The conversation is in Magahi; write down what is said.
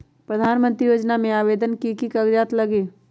प्रधानमंत्री योजना में आवेदन मे की की कागज़ात लगी?